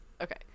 okay